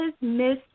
Miss